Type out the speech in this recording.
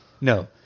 No